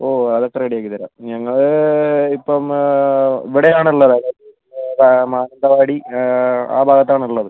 ഓ അതൊക്കെ റെഡി ആക്കി തരാം ഞങ്ങൾ ഇപ്പം ഇവിടെയാണ് ഉള്ളത് അതായത് മാനന്തവാടി ആ ഭാഗത്താണ് ഉള്ളത്